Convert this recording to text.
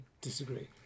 disagree